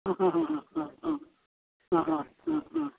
हां हां हां हां हां हां हां हां हां हां